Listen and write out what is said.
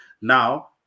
Now